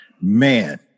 Man